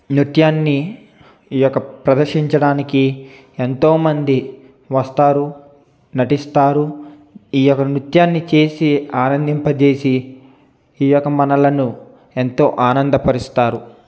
నృత్యాన్ని ఈ యొక్క ప్రదర్శించడానికి ఎంతోమంది వస్తారు నటిస్తారు ఈ యొక్క నృత్యాన్ని చేసి ఆనందింపజేసి ఈ యొక్క మనలను ఎంతో ఆనందపరుస్తారు